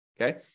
okay